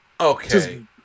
Okay